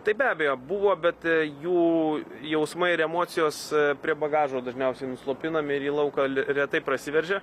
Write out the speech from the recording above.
tai be abejo buvo bet jų jausmai ir emocijos prie bagažo dažniausiai nuslopinami ir į lauką retai prasiveržia